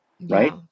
right